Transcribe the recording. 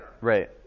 Right